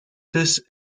this